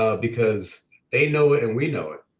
ah because they know it and we know it,